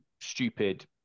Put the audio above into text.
stupid